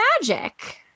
magic